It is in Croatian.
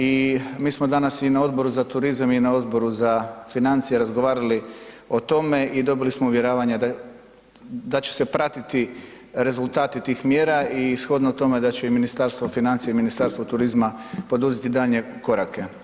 I mi smo danas i na Odboru za turizam i na Odboru za financije razgovarali o tome i dobili smo uvjeravanje da će se pratiti rezultati tih mjera i shodno tome da će i Ministarstvo financija i Ministarstvo turizma poduzeti daljnje korake.